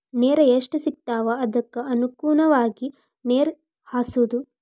ನೇರ ಎಷ್ಟ ಸಿಗತಾವ ಅದಕ್ಕ ಅನುಗುಣವಾಗಿ ನೇರ ಹಾಸುದು